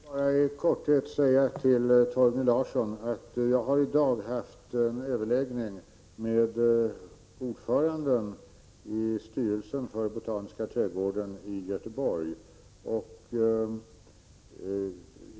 Herr talman! Jag vill bara i korthet säga till Torgny Larsson att jag i dag har haft överläggning med ordföranden i styrelsen för Botaniska trädgården i Göteborg.